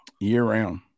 Year-round